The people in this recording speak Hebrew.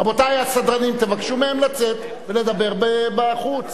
רבותי הסדרנים, תבקשו מהם לצאת ולדבר בחוץ.